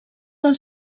del